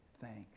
thanks